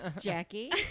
Jackie